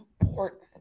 important